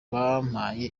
bampaye